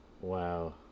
Wow